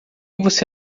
você